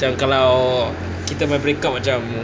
macam kalau kita punya break up macam